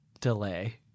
delay